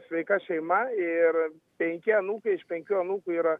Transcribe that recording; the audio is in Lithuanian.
sveika šeima ir penki anūkai iš penkių anūkų yra